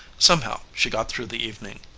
somehow she got through the evening.